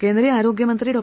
केंद्रीय आरोग्य मंत्री डॉ